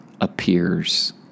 appears